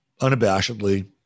unabashedly